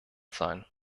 sein